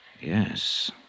Yes